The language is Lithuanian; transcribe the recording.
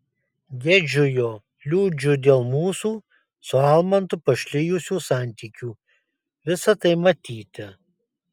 gedžiu jo liūdžiu dėl mūsų su almantu pašlijusių santykių visa tai matyti